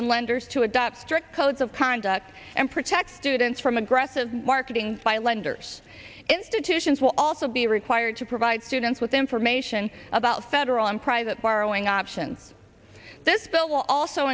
and lenders to adopt strict codes of conduct and protect students from aggressive marketing by lenders institutions will also be required to provide students with information about federal and private borrowing options this bill